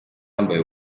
yambaye